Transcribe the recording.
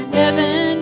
heaven